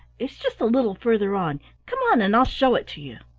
it's just a little farther on come on and i'll show it to you.